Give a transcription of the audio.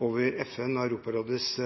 og Europarådets